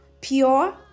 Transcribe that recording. pure